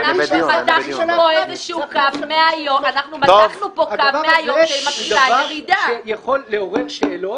אנחנו מתחנו פה איזשהו קו מהיום שמתחילה הירידה ושינוי